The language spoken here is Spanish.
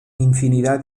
infinidad